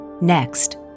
Next